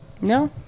No